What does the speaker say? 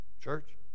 church